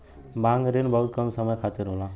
मांग रिन बहुत कम समय खातिर होला